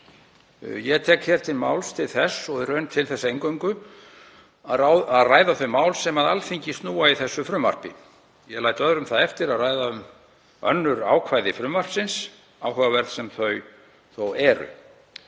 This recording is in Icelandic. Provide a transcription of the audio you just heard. Ég tek hér til máls til þess, og í raun til þess eingöngu, að ræða þau mál sem að Alþingi snúa í þessu frumvarpi. Ég læt öðrum það eftir að ræða um önnur ákvæði frumvarpsins, áhugaverð sem þau þó eru.